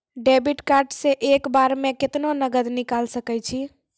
Debit card से एक बार मे केतना नगद निकाल सके छी?